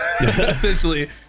essentially